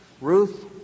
Ruth